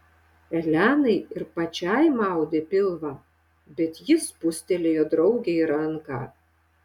elenai ir pačiai maudė pilvą bet ji spustelėjo draugei ranką